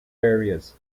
areas